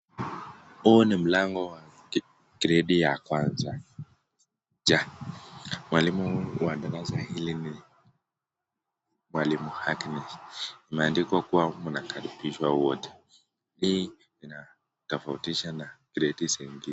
Huu ni mlango wa gredi ya kwanza C. Mwalimu wa darasa hili ni mwalimu Agnes. Imeandikwa kuwa mnakaribishwa wote, hii onatofautisha na gredi zingine.